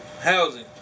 housing